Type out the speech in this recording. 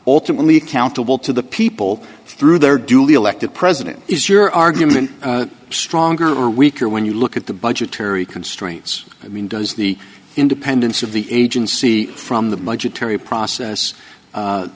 alternately accountable to the people through their elected president is your argument stronger or weaker when you look at the budgetary constraints i mean does the independence of the agency from the budgetary process